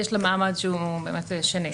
יש לה מעמד שהוא באמת שני.